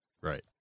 Right